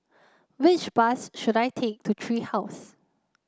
which bus should I take to Tree House